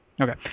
okay